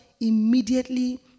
immediately